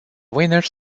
winners